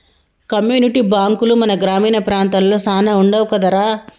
community బాంకులు మన గ్రామీణ ప్రాంతాలలో సాన వుండవు కదరా